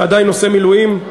אתה עדיין עושה מילואים,